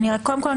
קודם כל,